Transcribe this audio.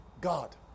God